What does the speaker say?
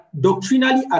doctrinally